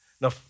Now